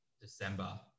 December